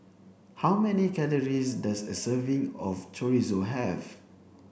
how many calories does a serving of Chorizo have